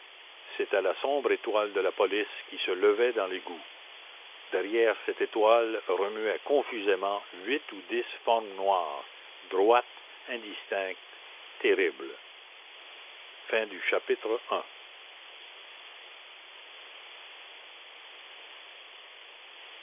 c'était la sombre étoile de la police qui se levait dans l'égout derrière cette étoile remuaient confusément huit ou dix formes noires droites indistinctes terribles chapitre ii